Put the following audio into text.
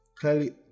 clearly